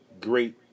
great